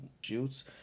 shoots